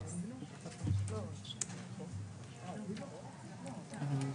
אני עוד מעט